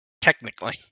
Technically